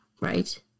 Right